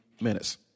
minutes